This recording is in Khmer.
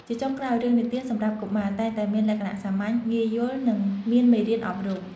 ជាចុងក្រោយ រឿងនិទានសម្រាប់កុមារ តែងតែមានលក្ខណៈសាមញ្ញ ងាយយល់ និងមានមេរៀនអប់រំ។